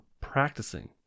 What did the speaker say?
practicing